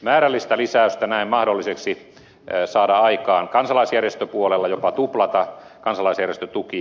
määrällistä lisäystä näen mahdolliseksi saada aikaan kansalaisjärjestöpuolella jopa tuplata kansalaisjärjestötuki